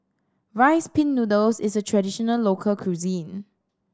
Rice Pin Noodles is a traditional local cuisine